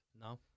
No